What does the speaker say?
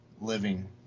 living